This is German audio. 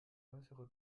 äußere